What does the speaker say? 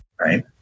right